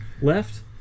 left